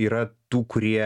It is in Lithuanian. yra tų kurie